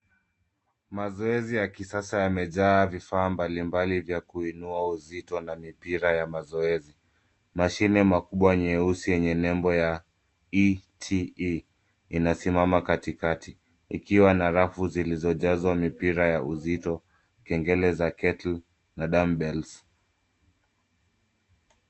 Mazoezi ya kisasa yamejaa vifaa mbalimbali vya kuinua uzito na mipira ya mazoezi. Mashine makubwa nyeusi yenye nembo ya ETE inasimama katikati ikiwa na rafu zilizojazwa mipira ya uzito, kengele za kettle na dumbells .